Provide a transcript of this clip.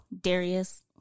Darius